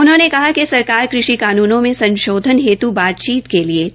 उन्होंने कहा कि सरकार कृषि कानूनों में संशोधन हेते बातचीत के लिए तैयार है